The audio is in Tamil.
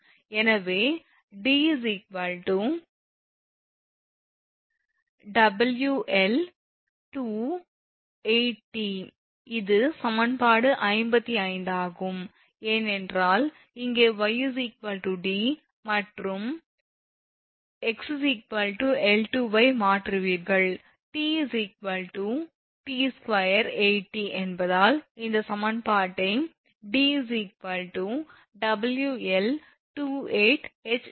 எனவே 𝑑 𝑊𝐿28𝑇 இது சமன்பாடு 55 ஆகும் ஏனென்றால் இங்கே 𝑦 𝑑 மற்றும் 𝑥 𝐿2 ஐ மாற்றுவீர்கள் 𝑇 𝑇28𝑇 என்பதால் இந்த சமன்பாட்டை 𝑑 𝑊𝐿28𝐻 என்றும் எழுதலாம்